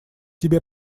тебе